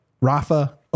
Rafa